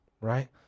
right